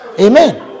amen